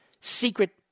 secret